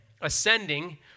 ascending